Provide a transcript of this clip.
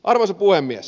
arvoisa puhemies